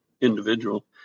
individual